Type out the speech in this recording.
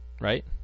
right